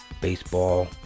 Baseball